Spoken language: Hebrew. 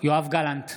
יואב גלנט,